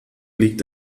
liegt